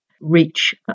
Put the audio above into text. reach